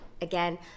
again